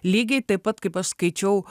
lygiai taip pat kaip aš skaičiau